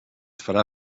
farà